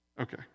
Okay